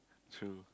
true